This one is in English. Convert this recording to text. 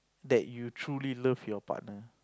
that you truly love your partner